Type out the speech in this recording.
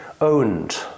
owned